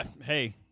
Hey